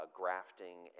grafting